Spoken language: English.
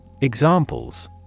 Examples